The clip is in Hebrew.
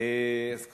זה נכון.